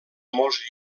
molts